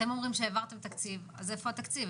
אתם אומרים שהעברתם תקציב - אז איפה התקציב?